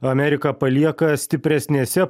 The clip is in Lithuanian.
amerika palieka stipresnėse